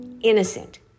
innocent